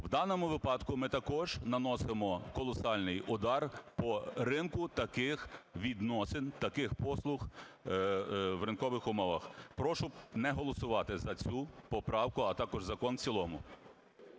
В даному випадку ми також наносимо колосальний удар по ринку таких відносин, таких послуг в ринкових умовах. Прошу не голосувати за цю поправку, а також закон в цілому.